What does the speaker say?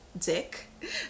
dick